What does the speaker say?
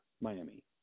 Miami